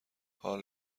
حال